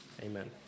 Amen